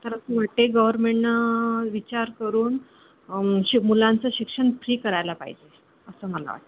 तरच म्हटे गव्हर्मेंटनं विचार करून शि मुलांचं शिक्षण फ्री करायला पाहिजे असं मला वाटतं